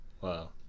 Wow